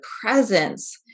presence